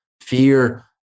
fear